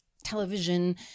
Television